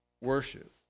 worship